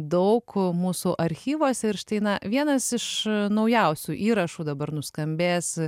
daug mūsų archyvuose ir štai na vienas iš naujausių įrašų dabar nuskambės